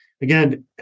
again